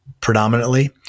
predominantly